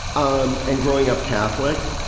um and growing up catholic.